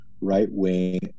right-wing